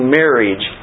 marriage